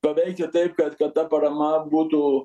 paveikia taip kad kad ta parama būtų